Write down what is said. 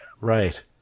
Right